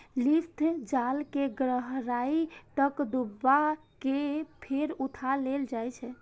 lift जाल कें गहराइ तक डुबा कें फेर उठा लेल जाइ छै